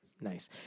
Nice